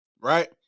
right